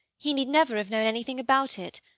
he need never have known anything about it,